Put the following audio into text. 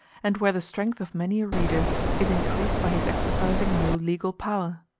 and where the strength of many a reader is increased by his exercising no legal power.